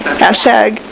hashtag